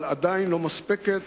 אבל עדיין לא מספקת